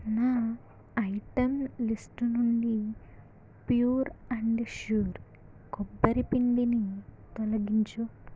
నా item list నుండి pure and sure కొబ్బరి పిండిని తొలగించు